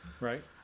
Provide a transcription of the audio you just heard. Right